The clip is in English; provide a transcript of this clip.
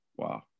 Wow